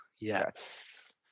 Yes